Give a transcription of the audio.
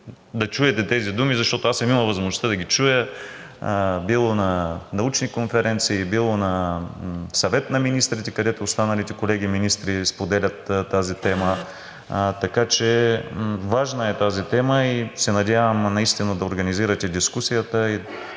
да чуете тези думи, защото аз съм имал възможността да ги чуя било на научни конференции, било на Съвет на министрите, където останалите колеги министри споделят тази тема. Така че важна е тази тема и се надявам наистина да организирате дискусията